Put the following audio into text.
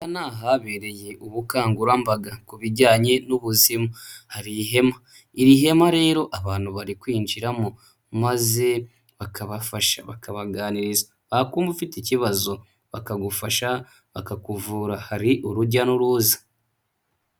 Aha ni ahabereye ubukangurambaga ku bijyanye n'ubuzima, hari ihema, iri hema rero abantu bari kwinjiramo maze bakabafasha bakabaganiriza, bakumva ufite ikibazo bakagufasha bakakuvura, hari urujya n'uruza.